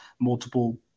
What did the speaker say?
multiple